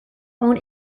own